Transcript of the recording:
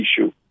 issue